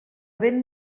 vent